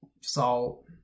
salt